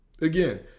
Again